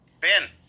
Ben